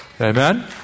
Amen